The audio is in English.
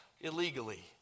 illegally